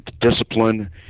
discipline